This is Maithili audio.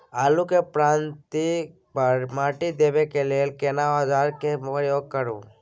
आलू के पाँति पर माटी देबै के लिए केना औजार के प्रयोग करू?